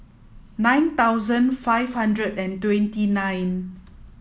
nine thousand five hundred and twenty nine